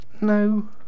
No